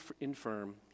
infirm